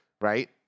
right